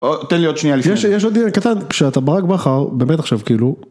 תן לי עוד שניה לפני. יש עוד דיון קטן, כשאתה ברג מחר, באמת עכשיו כאילו.